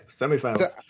semifinals